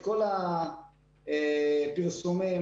הפרסומים,